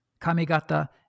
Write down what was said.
Kamigata